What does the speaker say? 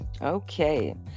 Okay